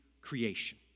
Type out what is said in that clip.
creation